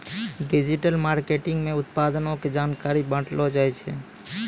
digital marketing मे उत्पादो के जानकारी बांटलो जाय छै